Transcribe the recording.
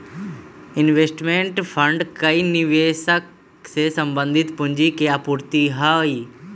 investment fund कई निवेशक से संबंधित पूंजी के आपूर्ति हई